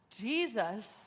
Jesus